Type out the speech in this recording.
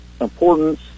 importance